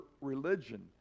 religion